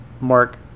Mark